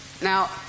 Now